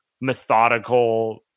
methodical